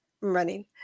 running